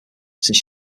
since